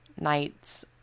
nights